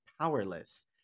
powerless